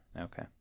okay